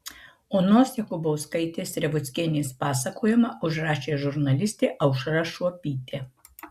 onos jakubauskaitės revuckienės pasakojimą užrašė žurnalistė aušra šuopytė